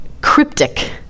cryptic